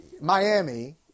Miami